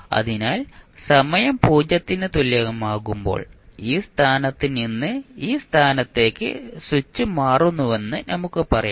അതിനാൽ സമയം 0 ന് തുല്യമാകുമ്പോൾ ഈ സ്ഥാനത്ത് നിന്ന് ഈ സ്ഥാനത്തേക്ക് സ്വിച്ച് മാറുന്നുവെന്ന് നമുക്ക് പറയാം